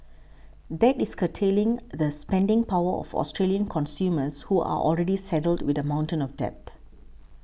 that is curtailing the spending power of Australian consumers who are already saddled with a mountain of debt